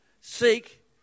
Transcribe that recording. Seek